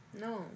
No